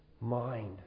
mind